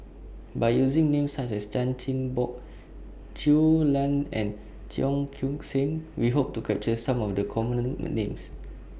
By using Names such as Chan Chin Bock Shui Lan and Cheong Koon Seng We Hope to capture Some of The Common Names